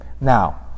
now